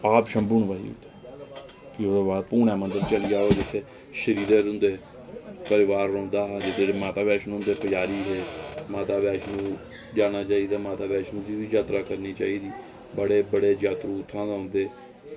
आप शंभु दा ई भी ओह्दे बाद धूना मंदर च चली जाओ तुस श्रीधर हुंदा परिवार रौहंदा हा ते जेह्ड़े माता वैष्णो हुंदे पुजारी हे माता वैष्णो देवी जाना चाहिदा ते माता वैष्णो दी बी जात्तरा करनी चाहिदी बड़े बड़े जात्तरू बी उत्थै औंदे